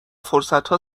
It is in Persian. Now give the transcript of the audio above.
فرصتها